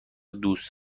دوست